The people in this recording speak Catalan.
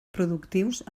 productius